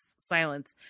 silence